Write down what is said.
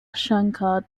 shankar